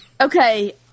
Okay